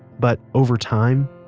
but over time,